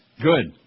Good